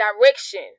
direction